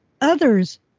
others